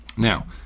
Now